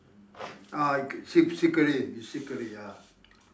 ah see see clearly you see clearly ah